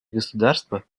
государства